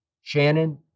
Shannon